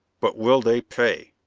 but will they pay?